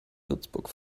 würzburg